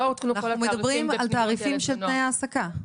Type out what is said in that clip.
אנחנו מדברים על תעריפים של תנאי העסקה?